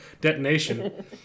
detonation